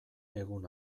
egun